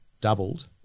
doubled